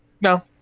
No